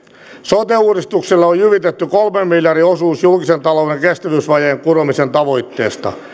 sote uudistukselle on jyvitetty kolmen miljardin osuus julkisen talouden kestävyysvajeen kuromisen tavoitteesta